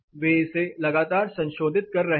वे इसे लगातार संशोधित कर रहे हैं